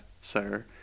sir